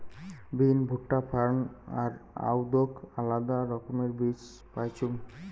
বিন, ভুট্টা, ফার্ন আর আদৌক আলাদা রকমের বীজ পাইচুঙ